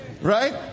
Right